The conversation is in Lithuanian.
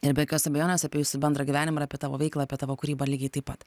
ir be jokios abejonės apie jūsų bendrą gyvenimą ir apie tavo veiklą apie tavo kūrybą lygiai taip pat